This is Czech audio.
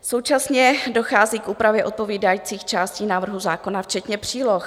Současně dochází k úpravě odpovídajících částí návrhu zákona včetně příloh.